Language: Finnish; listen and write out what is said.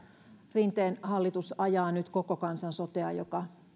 rinteen hallitus ajaa nyt koko kansan sotea joka